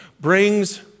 brings